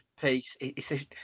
piece